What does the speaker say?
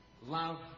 love